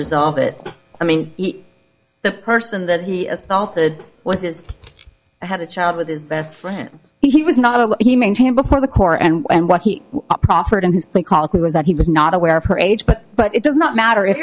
resolve it i mean the person that he assaulted was his had a child with his best friend he was not a he maintained before the core and what he proffered in his plea called me was that he was not aware of her age but but it does not matter if